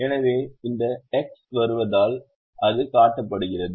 எனவே இந்த எக்ஸ் வருவதால் அது காட்டப்படுகிறது